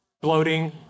bloating